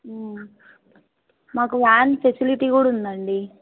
మాకు van facility కూడా ఉందండి